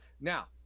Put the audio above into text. Now